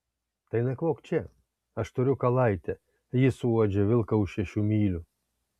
tai nakvok čia aš turiu kalaitę ji suuodžia vilką už šešių mylių